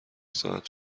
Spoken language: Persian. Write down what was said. ساعت